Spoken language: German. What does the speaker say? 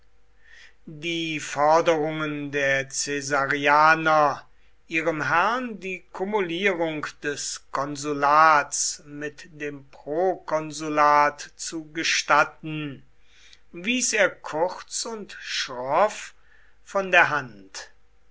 die forderung der caesarianer ihrem herrn die kumulierung des konsulats mit dem prokonsulat zu gestatten wies er kurz und schroff von der hand